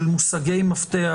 של מושגי מפתח,